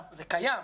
וזה קיים.